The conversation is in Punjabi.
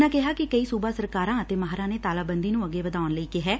ਉਨ੍ਹਾਂ ਕਿਹਾ ਕਿ ਕਈ ਸੁਬਾ ਸਰਕਾਰਾਂ ਅਤੇ ਮਾਹਿਰਾਂ ਨੇ ਤਾਲਾਬੰਦੀ ਨੂੰ ਅੱਗੇ ਵਧਾਉਣ ਲਈ ਕਿਹੈ